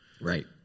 Right